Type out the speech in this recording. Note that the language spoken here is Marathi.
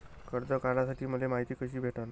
कर्ज काढासाठी मले मायती कशी भेटन?